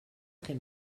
très